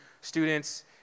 students